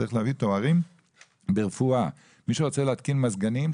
צריך להביא תארים ברפואה; מי שרוצה להתקין מזגנים,